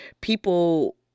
people